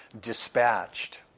dispatched